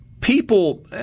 people